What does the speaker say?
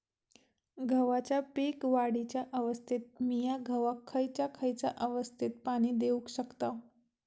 गव्हाच्या पीक वाढीच्या अवस्थेत मिया गव्हाक खैयचा खैयचा अवस्थेत पाणी देउक शकताव?